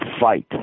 fight